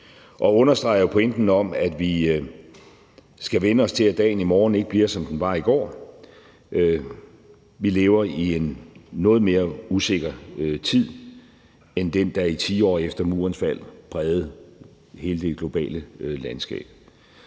det understreger jo pointen om, at vi skal vænne os til, at dagen i morgen ikke bliver, som den var i går. Vi lever i en noget mere usikker tid end den, der i tiår efter murens fald prægede hele det globale landskab.